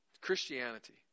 Christianity